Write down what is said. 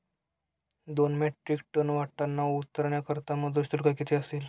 दोन metric ton वाटाणा उतरवण्याकरता मजूर शुल्क किती असेल?